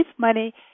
money